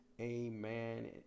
amen